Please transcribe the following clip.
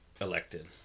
elected